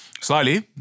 slightly